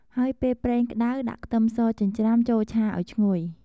ហើយពេលប្រេងក្តៅ ដាក់ខ្ទឹមសចិញ្ច្រាំចូលឆាឱ្យឈ្ងុយ។